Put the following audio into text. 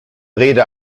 rede